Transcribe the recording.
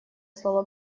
слово